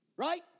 Right